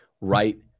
right